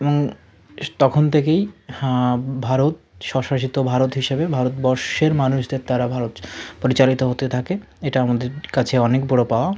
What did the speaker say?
এবং এস তখন থেকেই হাঁ ভারত স্ব শাসিত ভারত হিসেবে ভারতবর্ষের মানুষদের দ্বারা ভারত পরিচালিত হতে থাকে এটা আমাদের কাছে অনেক বড়ো পাওয়া